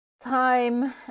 time